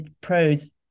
pros